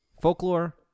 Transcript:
Folklore